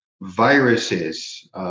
viruses